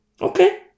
Okay